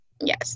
Yes